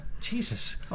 Jesus